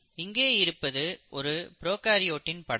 இங்கே இருப்பது ஒரு ப்ரோகாரியோட்டின் படம்